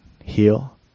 heal